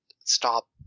stop